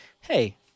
hey